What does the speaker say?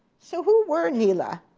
so who were nela?